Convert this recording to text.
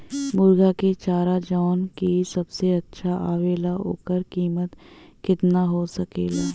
मुर्गी के चारा जवन की सबसे अच्छा आवेला ओकर कीमत केतना हो सकेला?